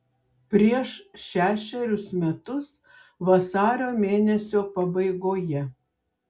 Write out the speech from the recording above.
prieš šešerius metus vasario mėnesio pabaigoje